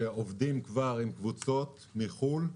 שעובדים כבר עם קבוצות מחו"ל,